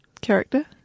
character